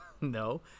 No